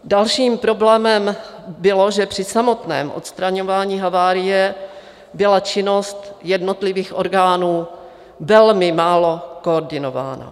Dalším problémem bylo, že při samotném odstraňování havárie byla činnost jednotlivých orgánů velmi málo koordinována.